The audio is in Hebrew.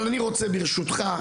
אבל אני רוצה ברשותך,